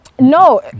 no